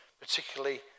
particularly